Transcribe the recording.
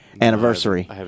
anniversary